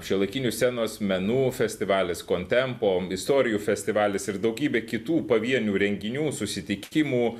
šiuolaikinių scenos menų festivalis contempo istorijų festivalis ir daugybė kitų pavienių renginių susitikimų